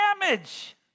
damage